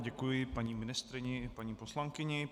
Děkuji paní ministryni i paní poslankyni.